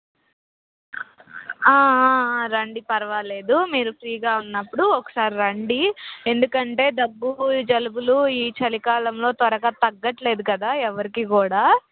రండి పర్వాలేదు మీరు ఫ్రీగా ఉన్నప్పుడు ఒకసారి రండి ఎందుకంటే దగ్గు జలుబులు ఈ చలికాలంలో త్వరగా తగ్గట్లేదు కదా ఎవరికి కూడా